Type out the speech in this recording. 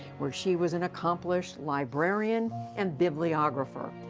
where she was an accomplished librarian and bibliographer.